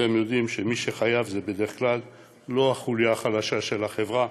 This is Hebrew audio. ואתם יודעים שמי שחייב זה בדרך כלל לא החוליה החלשה של החברה